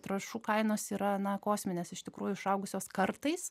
trąšų kainos yra na kosminės iš tikrųjų išaugusios kartais